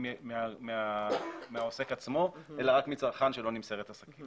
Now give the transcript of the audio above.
מן העוסק עצמו אלא רק מצרכן שלו נמסרת השקית.